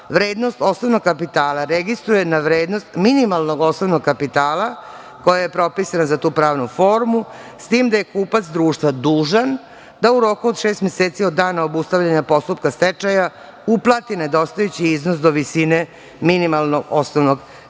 vrednost osnovnog kapitala registruje na vrednost minimalnog osnovnog kapitala koja je propisana za tu pravnu formu, s tim da je kupac društva dužan da u roku od šest meseci od dana obustavljanja postupka stečaja uplati nedostajući iznos do visine minimalnog osnovnog kapitala.